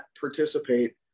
participate